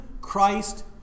Christ